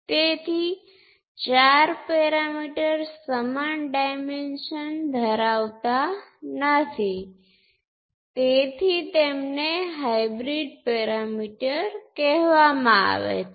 હવે તેનો બીજો ભાગ z12 × I2 તે સર્કિટમાં અન્યત્ર કરંટ પર આધાર રાખે છે જે પોર્ટ 2 માં છે